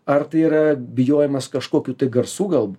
ar tai yra bijojimas kažkokių tai garsų galbūt